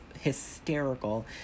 hysterical